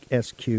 SQ